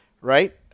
right